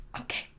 Okay